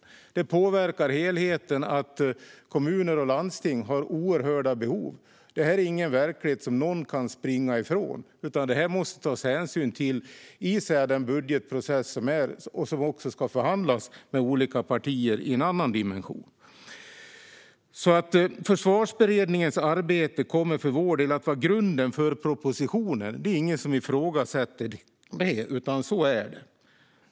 Helheten påverkas också av att kommuner och landsting har oerhörda behov. Detta är en verklighet som ingen kan springa ifrån. Det här måste man ta hänsyn till i budgetprocessen. Dessutom blir det förhandlingar med olika partier utifrån en annan dimension. Försvarsberedningens arbete kommer för vår del att vara grunden för propositionen. Ingen ifrågasätter detta, utan så är det.